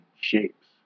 shapes